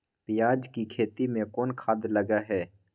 पियाज के खेती में कोन खाद लगे हैं?